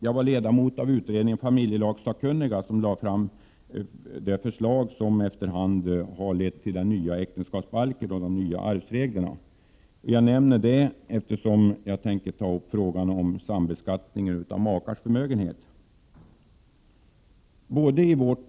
Jag var ledamot av utredningen familjelagssakkunniga, som lade fram de förslag som efter hand har lett till den nya äktenskapsbalken och de nya arvsreglerna. Jag nämner detta eftersom jag skall ta upp frågan om sambeskattning av makars förmögenhet.